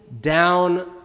down